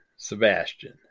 Sebastian